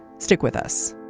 stick with us